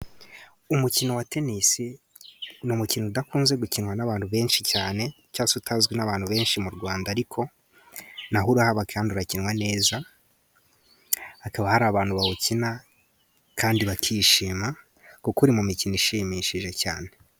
Umukino wa tenisi , ni umukino udakunze gukinwa n'abantu benshi cyane , cyangwa se utazwi n'abantu benshi mu Rwanda , ariko naho urahaba kandi kandi urakinwa neza . Hakaba hari abantu bawukina kandi bakishima kuko uri mu mikino ishimishije cyane .